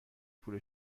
پول